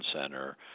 center